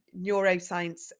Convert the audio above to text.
neuroscience